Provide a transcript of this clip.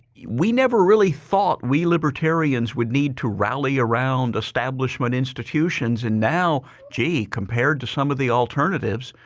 we never really thought we libertarians would need to rally around establishment institutions and now, gee, compared to some of the alternatives,